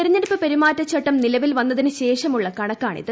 തിരഞ്ഞെടുപ്പ് പെരുമാറ്റ ചട്ടം നിലവിൽ വന്നതിനുശേഷമുള്ള കണക്കാണിത്